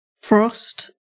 Frost